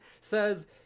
says